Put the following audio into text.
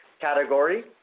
category